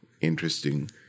interesting